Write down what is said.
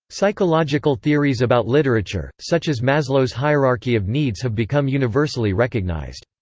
psychological theories about literature, such as maslow's hierarchy of needs have become universally recognized.